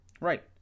Right